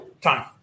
time